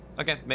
Okay